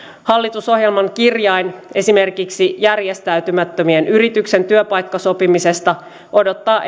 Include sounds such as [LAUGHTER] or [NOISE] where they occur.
hallitusohjelman kirjain esimerkiksi järjestäytymättömien yritysten työpaikkasopimisesta odottaa [UNINTELLIGIBLE]